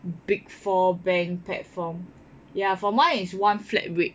big four bank platform ya for mine is one flat rate